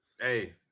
Hey